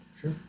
Sure